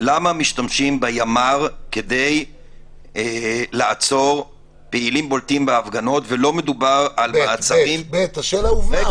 למה משתמשים בימ"ר כדי לעצור פעילים בולטים בהפגנות -- השאלה הובנה.